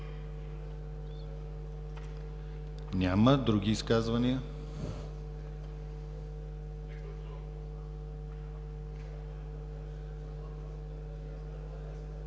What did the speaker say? Няма. Други изказвания?